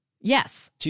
yes